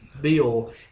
Bill